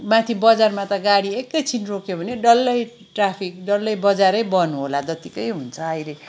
माथि बजारमा त गाडी एकैक्षण रोक्यो भने डल्लै ट्राफिक डल्लै बजारै बन्द होला जतिकै हुन्छ अहिले